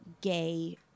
gay